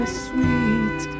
sweet